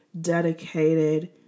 dedicated